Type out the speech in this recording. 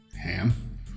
Ham